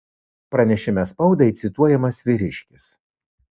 pranešime spaudai cituojamas vyriškis